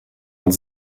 und